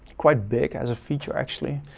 quite big as a feature, actually.